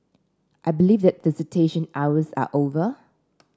I believe that visitation hours are over